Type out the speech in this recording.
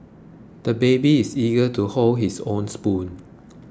the baby is eager to hold his own spoon